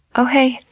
oh hey,